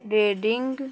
raiding